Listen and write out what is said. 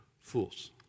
fools